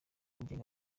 wigenga